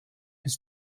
his